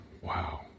Wow